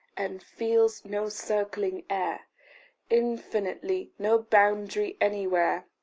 and feels no circling air infinitely, no boundary anywhere.